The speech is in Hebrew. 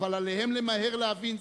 אבל עליהם למהר להבין זאת: